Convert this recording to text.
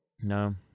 No